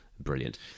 brilliant